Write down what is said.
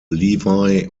levi